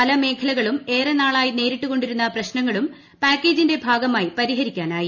പല മേഖലകളും ഏറെ നാളായി നേരിട്ടുകൊണ്ടിരുന്ന പ്രശ്നങ്ങളും പാക്കേജിന്റെ ഭാഗമായി പരിഹരിക്കാനായി